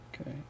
Okay